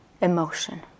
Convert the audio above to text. emotion